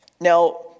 Now